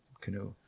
canoe